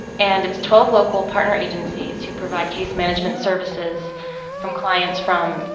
and it's twelve local partner agencies who provide case management services from clients from,